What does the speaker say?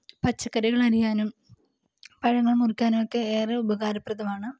പച്ചക്കറികള് അരിയാനും പഴങ്ങൾ മുറിക്കാനൊക്കെ ഏറെ ഉപകാരപ്രദമാണ്